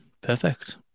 Perfect